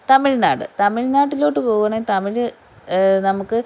തമിഴ്നാട് തമിഴ്നാട്ടിലോട്ട് പോവുകയാണെങ്കിൽ തമിഴ് നമുക്ക്